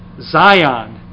zion